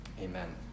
Amen